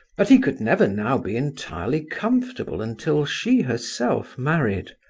but he could never now be entirely comfortable until she herself married.